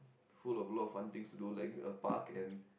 full of a lot of fun things to do like a park and